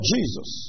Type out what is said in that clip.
Jesus